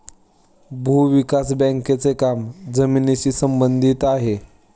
भूविकास बँकेचे काम जमिनीशी संबंधित आहे